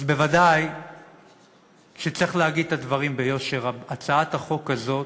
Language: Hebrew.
אז בוודאי שצריך להגיד את הדברים ביושר: הצעת החוק הזו